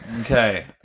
Okay